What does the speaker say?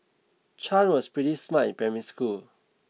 Chan was pretty smart in primary school